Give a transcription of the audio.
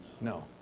No